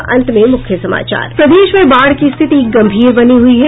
और अब अंत में मुख्य समाचार एक बार फिर प्रदेश में बाढ़ की स्थिति गंभीर बनी हुई है